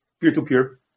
peer-to-peer